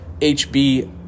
HB